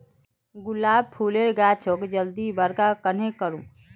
गुलाब फूलेर गाछोक जल्दी बड़का कन्हे करूम?